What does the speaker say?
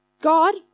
God